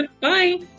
bye